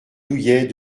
douillet